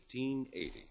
1880